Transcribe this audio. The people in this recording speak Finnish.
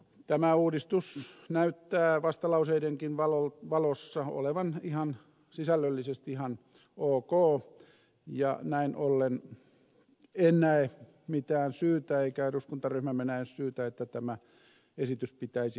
tämä uudistus näyttää vastalauseidenkin valossa olevan sisällöllisesti ihan ok ja näin ollen en näe mitään syytä eikä eduskuntaryhmämme näe syytä että tämä esitys pitäisi hylätä